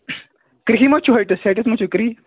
کِریٖہہ مَہ چھُو ہٕٹِس ہٕٹِس مَہ چھُ کِیٖہہ